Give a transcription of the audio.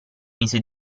mise